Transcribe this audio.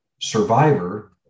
survivor